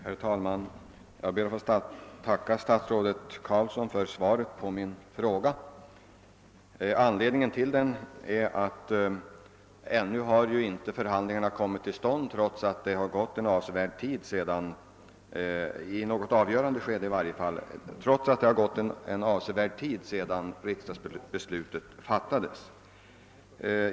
Herr talman! Jag ber att få tacka statsrådet Carlsson för svaret på min fråga. Anledningen till den är att Landstingsförbundet och staten ännu inte har kommit in i reella förhandlingar trots att det har gått en avsevärd tid sedan riksdagsbeslutet fattades.